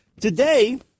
Today